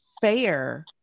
fair